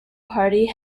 party